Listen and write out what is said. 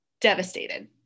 devastated